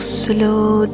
slow